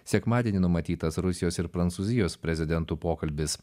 sekmadienį numatytas rusijos ir prancūzijos prezidentų pokalbis